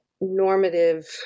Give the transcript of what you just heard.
normative –